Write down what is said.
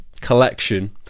collection